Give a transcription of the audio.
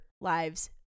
lives